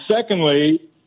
secondly